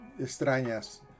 extrañas